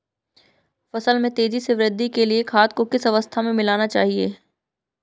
फसल में तेज़ी से वृद्धि के लिए खाद को किस अवस्था में मिलाना चाहिए?